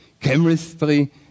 Chemistry